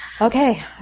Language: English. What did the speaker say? Okay